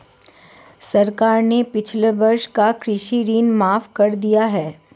सरकार ने पिछले वर्ष का कृषि ऋण माफ़ कर दिया है